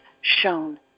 shown